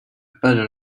paddle